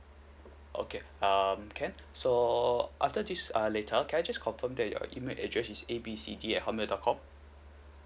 okay um can so after this err later can I just confirm that your email address is A B C D at hotmail dot com